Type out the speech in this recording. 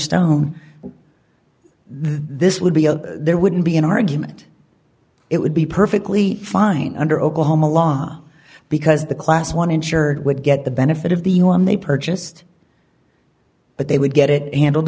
stone this would be a there wouldn't be an argument it would be perfectly fine under oklahoma law because the class one insured would get the benefit of the one they purchased but they would get it an